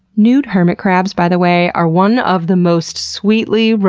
nude hermit crabs, by the way, are one of the most sweetly,